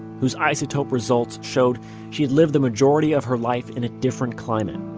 whose isotope results showed she had lived the majority of her life in a different climate.